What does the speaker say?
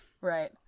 Right